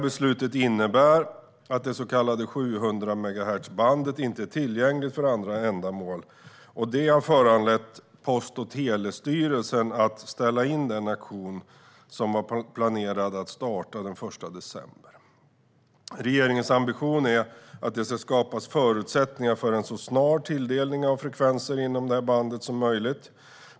Beslutet innebär att det så kallade 700-megahertzbandet inte är tillgängligt för andra ändamål. Det har föranlett Post och telestyrelsen att ställa in den auktion som var planerad att starta den 1 december. Regeringens ambition är att det ska skapas förutsättningar för en så snar tilldelning av frekvenser inom bandet som möjligt.